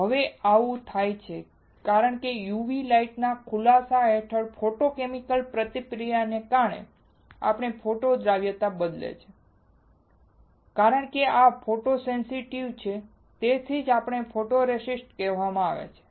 હવે આવું થાય છે કારણ કે તે UV લાઇટના ખુલાસા હેઠળ ફોટોકેમિકલ પ્રતિક્રિયા ને કારણે ફોટો દ્રાવ્યતાને બદલે છે કારણ કે આ ફોટોસેન્સિટિવ છે તેથી જ તેને ફોટોરેસ્ટ કહેવામાં આવે છે